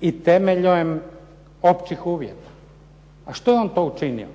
i temeljem općih uvjeta. A što je on to učinio?